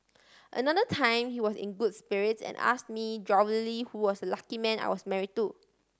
another time he was in good spirits and ask me jovially who was the lucky man I was marry to